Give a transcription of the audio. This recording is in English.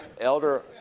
Elder